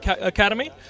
Academy